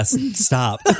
Stop